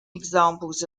examples